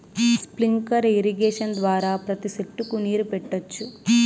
sprinkler irrigation ద్వారా ప్రతి సెట్టుకు నీరు పెట్టొచ్చు